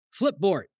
Flipboard